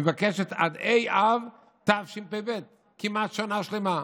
היא מבקשת עד ה' באב תשפ"ב, כמעט שנה שלמה.